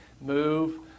move